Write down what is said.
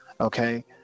okay